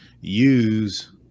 Use